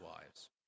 wives